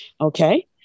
okay